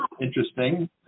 interesting